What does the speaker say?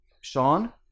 Sean